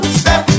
step